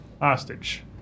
hostage